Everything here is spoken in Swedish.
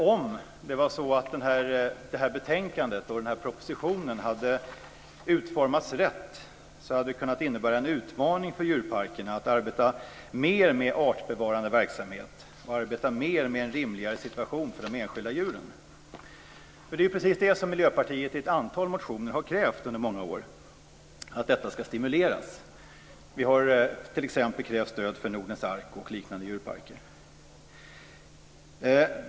Om det här betänkandet och den här propositionen hade utformats rätt hade det kunnat innebära en utmaning för djurparkerna att arbeta mer med artbevarande verksamhet och en rimligare situation för de enskilda djuren. Miljöpartiet har i ett antal motioner under många år krävt att detta ska stimuleras. Vi har t.ex. krävt stöd för Nordens Ark och liknande djurparker.